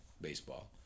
baseball